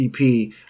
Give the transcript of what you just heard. ep